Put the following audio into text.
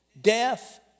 death